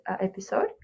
episode